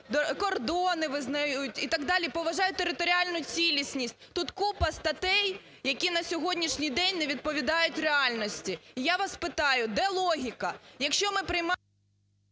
кордони визнають і так далі, поважають територіальну цілісність. Тут купа статей, які на сьогоднішній день не відповідають реальності. І я вас питаю, де логіка?